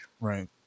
Right